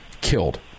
killed